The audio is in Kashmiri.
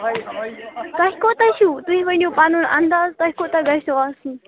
تۄہہِ کوٗتاہ چھُو تۄہہِ ؤنِو پَنُن انداز تۄہہِ کوٗتاہ گَژھیو آسُن